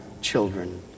children